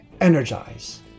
Energize